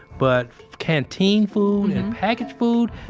but canteen food and packaged food,